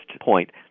point